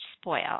spoil